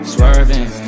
Swerving